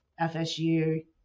FSU